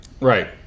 Right